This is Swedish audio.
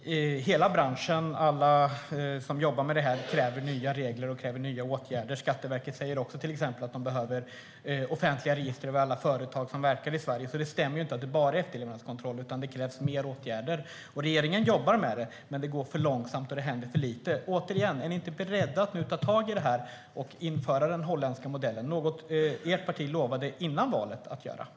Fru talman! Hela branschen, och alla som jobbar med det här, kräver nya regler och nya åtgärder. Skatteverket säger också, till exempel, att de behöver offentliga register över alla företag som verkar i Sverige. Det stämmer alltså inte att det bara handlar om efterlevnadskontroll, utan det krävs fler åtgärder. Regeringen jobbar med det, men det går för långsamt och det händer för lite. Återigen: Är ni inte beredda att nu ta tag i det här och införa den holländska modellen? Det är något som ert parti lovade före valet att ni skulle göra.